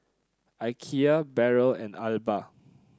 Ikea Barrel and Alba